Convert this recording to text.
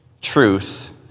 truth